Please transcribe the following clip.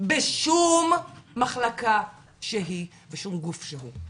בשום מחלקה שהיא, בשום גוף שהוא.